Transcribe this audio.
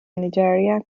nigeria